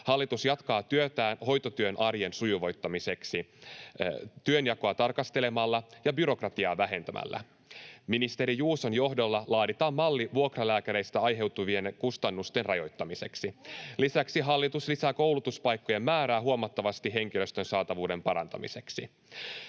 Hallitus jatkaa työtään hoitotyön arjen sujuvoittamiseksi työnjakoa tarkastelemalla ja byrokratiaa vähentämällä. Ministeri Juuson johdolla laaditaan malli vuokralääkäreistä aiheutuvien kustannusten rajoittamiseksi. Lisäksi hallitus lisää koulutuspaikkojen määrää huomattavasti henkilöstön saatavuuden parantamiseksi.